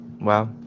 Wow